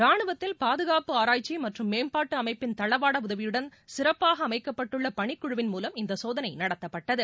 ரானுவத்தில் பாதுகாப்பு ஆராய்ச்சி மற்றும் மேம்பாட்டு அமைப்பின் தளவாட உதவியுடன் சிறப்பாக அமைக்கப்பட்டுள்ள பணிக்குழுவின் மூலம் இந்த சோதனை நடத்தப்பட்டது